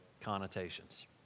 connotations